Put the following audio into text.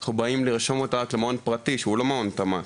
שאנחנו באים לרשום אותה רק למעון פרטי שהוא לא מעון תמ"ת,